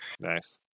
Nice